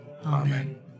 Amen